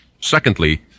Secondly